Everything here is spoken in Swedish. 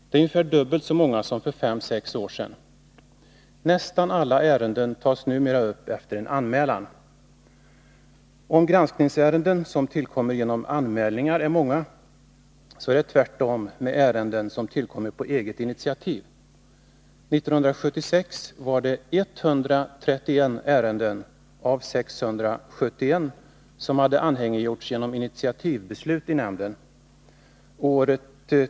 Det är ungefär dubbelt så många som för fem sex år sedan. Nästan alla ärenden tas numera upp efter en anmälan. Om antalet granskningsärenden som tillkommer genom anmälningar är stort, så är det tvärtom med ärenden som tillkommer på egna initiativ. 1976 var det 131 ärenden av 671 granskningsärenden som hade anhängiggjorts genom initiativbeslut i nämnden.